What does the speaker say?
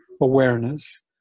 awareness